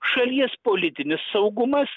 šalies politinis saugumas